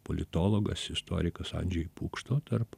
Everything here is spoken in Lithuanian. politologas istorikas andžej pukšto tarp